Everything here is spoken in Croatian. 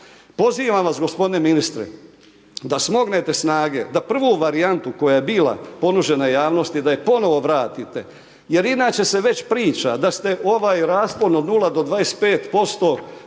Pozivam vas gospodine ministre, da smognete snage, da prvu varijantu, koja je bila, ponuđenoj javnosti, da joj ponovno vratite, jer inače se već priča, da ste ovaj raspon od 0-25%